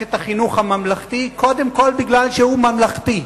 את החינוך הממלכתי קודם כול בגלל שהוא ממלכתי,